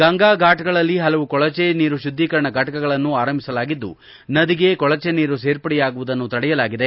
ಗಂಗಾ ಫಾಟ್ಗಳಲ್ಲಿ ಹಲವು ಕೊಳಜೆ ನೀರು ಶುದ್ಗೀಕರಣ ಫಟಕಗಳನ್ನು ಆರಂಭಿಸಲಾಗಿದ್ದು ನದಿಗೆ ಕೊಳಜೆ ನೀರು ಸೇರ್ಪಡೆಯಾಗುವುದನ್ನು ತಡೆಯಲಾಗಿದೆ